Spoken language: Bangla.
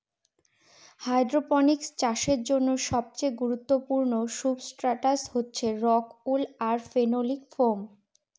হাইড্রপনিক্স চাষের জন্য সবচেয়ে গুরুত্বপূর্ণ সুবস্ট্রাটাস হচ্ছে রক উল আর ফেনোলিক ফোম